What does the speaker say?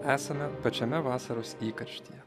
esame pačiame vasaros įkarštyje